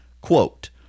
Quote